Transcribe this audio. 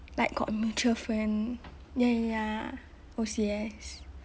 like got mutual friend ya ya ya O_C_S